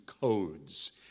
codes